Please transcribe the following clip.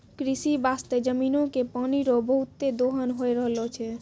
कृषि बास्ते जमीनो के पानी रो बहुते दोहन होय रहलो छै